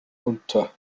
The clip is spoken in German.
unter